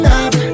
up